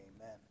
amen